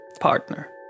partner